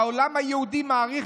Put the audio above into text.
העולם היהודי מעריך,